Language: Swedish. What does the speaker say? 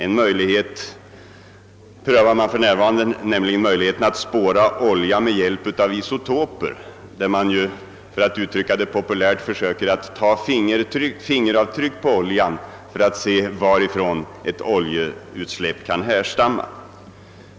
För närvarande försöker man spåra oljan med hjälp av isotoper. Man tar, populärt uttryckt, fingeravtryck på oljan för att utröna varifrån den kommer.